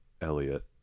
Elliot